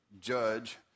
judge